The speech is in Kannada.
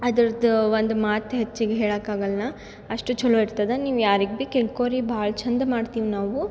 ಅದರದು ಒಂದು ಮಾತು ಹೆಚ್ಚಿಗೆ ಹೇಳಕ್ಕೆ ಆಗೋಲ್ಲ ಅಷ್ಟು ಛಲೋ ಇರ್ತದೆ ನೀವು ಯಾರಿಗೆ ಭಿ ಕೇಳ್ಕೋರಿ ಭಾಳ ಛಂದ ಮಾಡ್ತೀವಿ ನಾವು